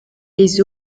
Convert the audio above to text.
les